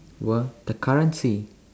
were the currency